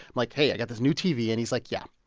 like, hey, i got this new tv. and he's like, yeah,